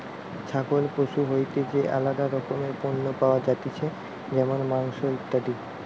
ছাগল পশু হইতে যে আলাদা রকমের পণ্য পাওয়া যাতিছে যেমন মাংস, ইত্যাদি